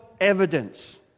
evidence